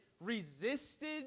resisted